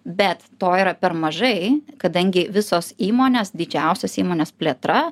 bet to yra per mažai kadangi visos įmonės didžiausios įmonės plėtra